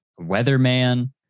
weatherman